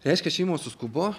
reiškia šeimos suskubo